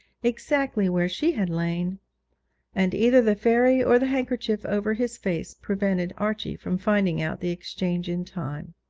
exactly where she had lain and either the fairy or the handkerchief over his face prevented archie from finding out the exchange in time.